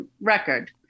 record